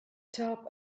top